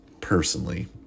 personally